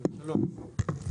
שלום,